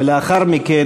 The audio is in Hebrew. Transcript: ולאחר מכן,